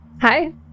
Hi